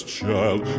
child